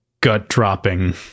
gut-dropping